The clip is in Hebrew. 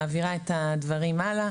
מעבירה את הדברים הלאה.